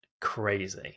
crazy